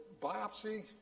biopsy